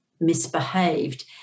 misbehaved